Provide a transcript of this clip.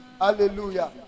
hallelujah